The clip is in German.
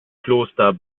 kloster